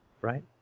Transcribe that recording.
right